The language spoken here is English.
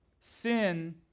Sin